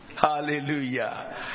Hallelujah